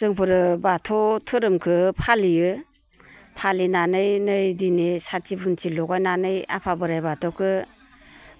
जोंफोरो बाथौ धोरोमखौ फालियो फालिनानै नै दिनै साथि बुन्थि लगायनानै आफा बोराय बाथौखौ